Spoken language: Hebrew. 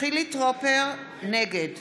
נגד